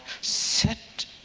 set